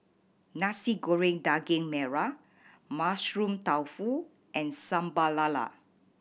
Nasi Goreng Daging Merah Mushroom Tofu and Sambal Lala